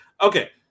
Okay